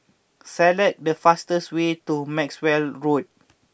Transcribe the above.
select the fastest way to Maxwell Road